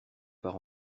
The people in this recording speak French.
par